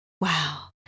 wow